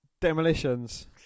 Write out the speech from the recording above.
demolitions